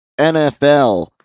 NFL